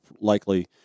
likely